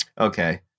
Okay